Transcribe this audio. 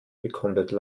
bekundete